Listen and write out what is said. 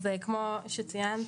כמו שציינת,